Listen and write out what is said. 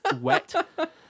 wet